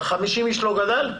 50 איש לא גדל?